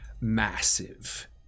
massive